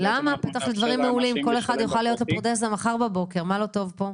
שבעצם אנחנו נאפשר לאנשים לשלם בפרטי.